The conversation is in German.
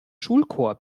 schulchor